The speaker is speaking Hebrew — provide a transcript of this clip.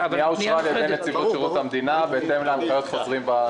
הפנייה אושרה על ידי נציבות שירות המדינה בהתאם להנחיות חוזרים.